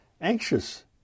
anxious